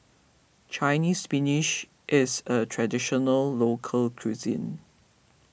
Chinese Spinach is a Traditional Local Cuisine